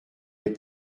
les